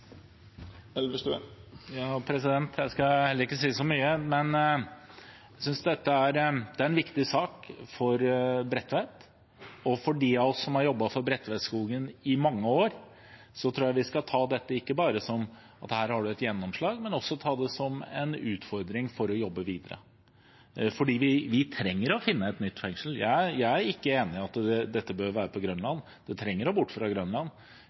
for dem av oss som har jobbet for Bredtvetskogen i mange år: Jeg tror vi skal ta dette ikke bare som at man her har et gjennomslag, men også som en utfordring for å jobbe videre, for vi trenger å finne et nytt fengsel. Jeg er ikke enig i at dette bør være på Grønland; det trenger å komme bort fra Grønland,